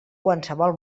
qualsevol